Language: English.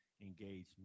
engagement